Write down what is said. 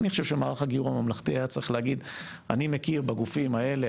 אני חושב שמערך הגיור הממלכתי היה צריך להגיד אני מכיר בגופים האלה,